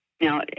Now